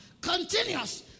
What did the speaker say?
continuous